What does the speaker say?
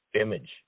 image